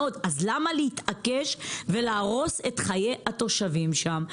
אז למה להתעקש ולהרוס את חיי התושבים שם?